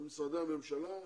משרדי הממשלה,